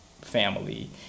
family